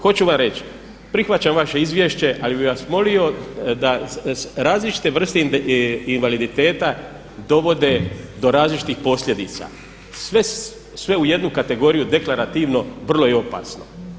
Hoću vam reći prihvaćam vaše izvješće ali bih vas molio da, različite vrste invaliditeta dovode do različitih posljedica, sve u jednu kategoriju deklarativno vrlo je opasno.